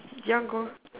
do you want go